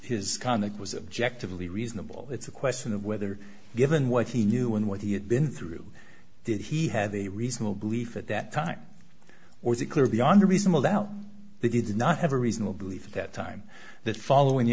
his conduct was objective lee reasonable it's a question of whether given what he knew and what he had been through did he have a reasonable belief at that time or is it clear beyond reasonable doubt they did not have a reasonable belief that time that following the